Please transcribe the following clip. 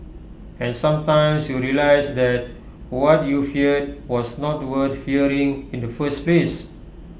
and sometimes you realise that what you feared was not worth fearing in the first place